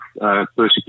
persecution